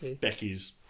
Becky's